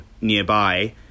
nearby